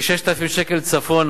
מ-6,000 שקל, צפונה.